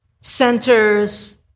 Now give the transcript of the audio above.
centers